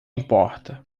importa